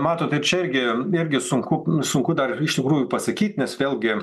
matot tai čia irgi netgi sunku sunku dar iš tikrųjų pasakyt nes vėlgi